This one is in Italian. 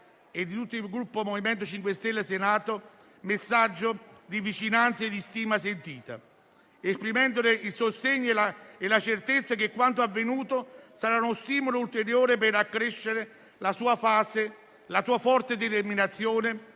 e di tutto il Gruppo MoVimento 5 Stelle del Senato un messaggio sentito di vicinanza e di stima, esprimendole il sostegno e la certezza che quanto avvenuto sarà uno stimolo ulteriore per accrescere la sua forte determinazione